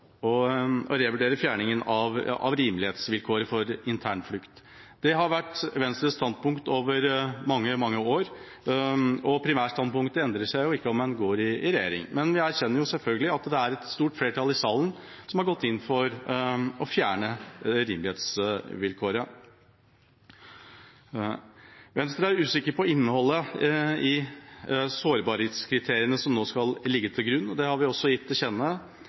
å revurdere fjerningen av rimelighetsvilkåret for internflukt. Det har vært Venstres standpunkt over mange, mange år. Primærstandpunktet endrer seg jo ikke om en går i regjering, men vi erkjenner selvfølgelig at det er et stort flertall i salen som har gått inn for å fjerne rimelighetsvilkåret. Venstre er usikker på innholdet i sårbarhetskriteriene som nå skal ligge til grunn. Det har vi også gitt